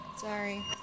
sorry